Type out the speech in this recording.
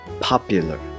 Popular